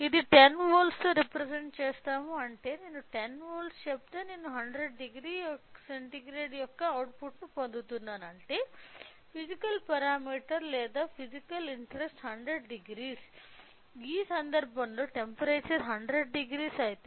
ఇది 10 వోల్ట్లలో రిప్రజంట్ చేస్తాము అంటే నేను 10 వోల్ట్లు చెబితే నేను 1000 యొక్క అవుట్పుట్ పొందుతున్నాను అంటే ఫిసికల్ పారామీటర్ లేదా ఫిసికల్ ఇంటరెస్ట్ 1000 ఈ సందర్భంలో టెంపరేచర్ 1000